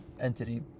entity